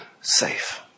safe